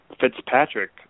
Fitzpatrick